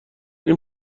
این